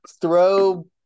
throw –